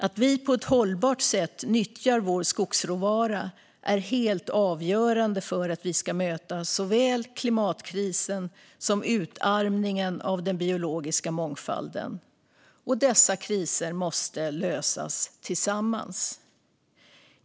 Att vi på ett hållbart sätt nyttjar vår skogsråvara är helt avgörande för att vi ska kunna möta såväl klimatkrisen som utarmningen av den biologiska mångfalden, och dessa kriser måste lösas tillsammans.